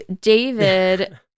David